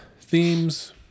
Themes